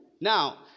Now